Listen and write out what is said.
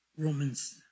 Romans